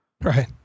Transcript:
Right